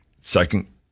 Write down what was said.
Second